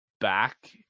back